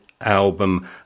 album